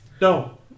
No